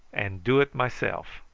and do it myself.